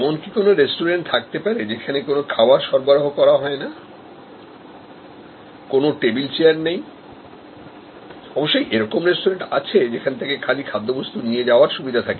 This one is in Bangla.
এরকম কি কোন রেস্টুরেন্ট থাকতে পারেযেখানে কোন খাবার সরবরাহ করা হয় না কোন টেবিল চেয়ার নেই অবশ্যইএইরকম রেস্টুরেন্ট আছে যেখান থেকে খালি খাদ্যবস্তু নিয়ে যাওয়ার সুবিধা থাকে